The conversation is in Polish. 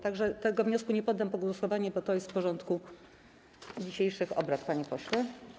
Tak że tego wniosku nie poddam pod głosowanie, bo to jest w porządku dzisiejszych obrad, panie pośle.